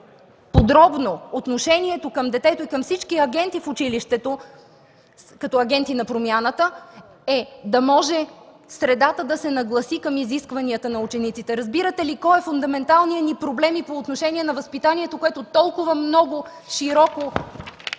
подробно отношението към детето, към всички агенти в училището, като агенти на промяната, е да може средата да се нагласи към изискванията на учениците. Разбирате ли кой е фундаменталният ни проблем и по отношение на възпитанието, което толкова много широко